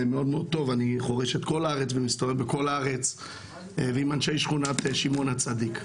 אני חורש את כל הארץ ומסתובב בכל הארץ ועם אנשי שכונת שמעון הצדיק.